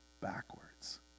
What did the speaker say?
backwards